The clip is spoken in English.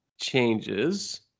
changes